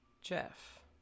Jeff